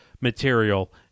material